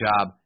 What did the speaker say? job